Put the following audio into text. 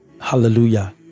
Hallelujah